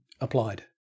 applied